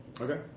Okay